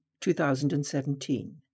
2017